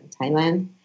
Thailand